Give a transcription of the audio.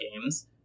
games